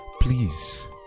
Please